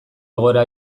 egoera